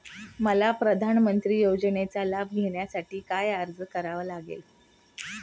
मला प्रधानमंत्री योजनेचा लाभ घेण्यासाठी काय अर्ज करावा लागेल?